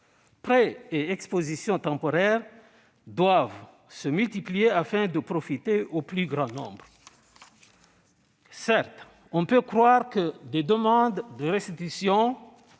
Prêts et expositions temporaires doivent se multiplier afin de profiter au plus grand nombre. Certes, on peut croire que des demandes de restitution,